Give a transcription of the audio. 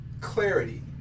clarity